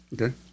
Okay